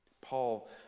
Paul